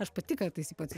aš pati kartais jį